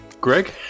Greg